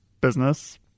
business